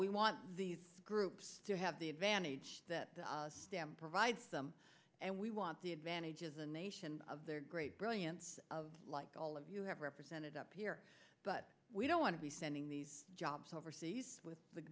we want these groups to have the advantage that the stamp provides them and we want the advantages a nation of their great brilliance of like all of you have represented up here but we don't want to be sending these jobs overseas with the